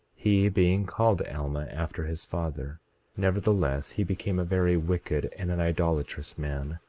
he being called alma, after his father nevertheless, he became a very wicked and an idolatrous man.